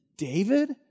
David